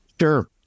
Sure